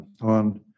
on